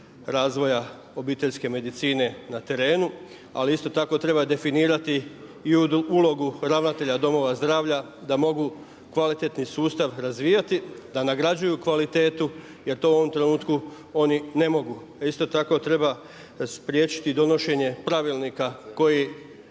razvoja obiteljske medicine na terenu. Ali isto tako treba definirati i ulogu ravnatelja domova zdravlja da mogu kvalitetni sustav razvijati, da nagrađuju kvalitetu jer to u ovom trenutku oni ne mogu. Isto tako treba spriječiti donošenje pravilnika koji